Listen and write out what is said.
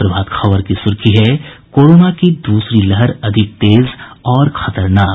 प्रभात खबर की सुर्खी है कोरोना की दूसरी लहर ज्यादा तेज और खतरनाक